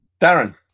Darren